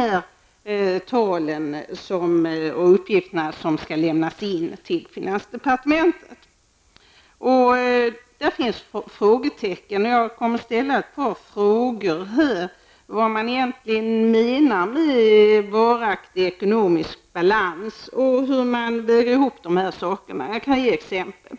här talen och de uppgifter som skall lämnas in till finansdepartementet skall sammanvägas. Det finns frågetecken. Jag kommer att ställa ytterligare ett par frågor: Vad menas egentligen med varaktig ekonomisk balans? Och hur skall de här sakerna vägas samman?